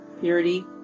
purity